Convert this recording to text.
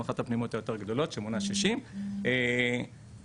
אנחנו אחת הפנימיות היותר גדולות שמונה 60. ואותו